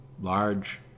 large